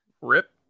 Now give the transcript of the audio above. rip